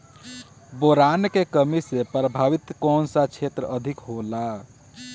Boron के कमी से प्रभावित कौन सा क्षेत्र अधिक होला?